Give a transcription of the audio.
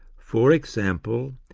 for example,